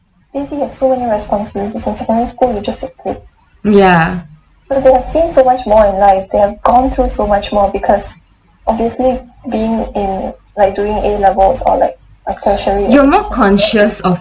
ya you're more conscious of